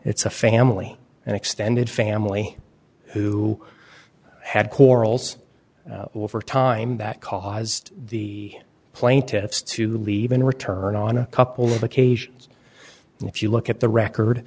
it's a family and extended family who had quarrels over time that caused the plaintiffs to leave in return on a couple of occasions and if you look at the